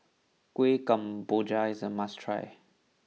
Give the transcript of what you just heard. Kueh Kemboja is a must try